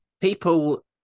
people